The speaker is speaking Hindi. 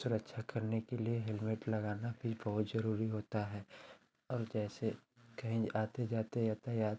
सुरक्षा करने के लिए हेलमेट लगाना भी बहुत ज़रूरी होता है और जैसे कहीं आते जाते यातायात